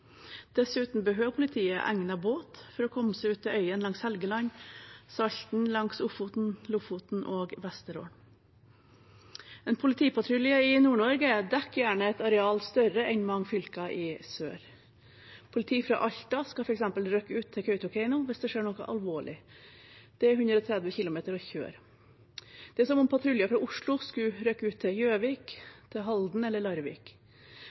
Dessuten behøver politiet en egnet båt for å komme seg ut til øyene langs Helgeland, Salten, Ofoten, Lofoten og Vesterålen. En politipatrulje i Nord-Norge dekker gjerne et areal større enn mange fylker i sør. Politi fra Alta skal f.eks. rykke ut til Kautokeino hvis det skjer noe alvorlig. Det er 130 km å kjøre. Det er som om en patrulje fra Oslo skulle rykke ut til Gjøvik, Halden eller Larvik.